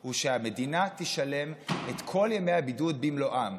הוא שהמדינה תשלם את כל ימי הבידוד במלואם.